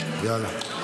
(חבר הכנסת נאור שירי יוצא מאולם המליאה.) יאללה.